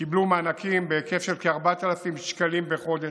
הם קיבלו מענקים בהיקף של כ-4,000 שקלים בחודש,